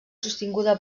sostinguda